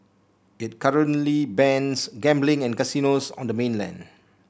it currently bans gambling and casinos on the mainland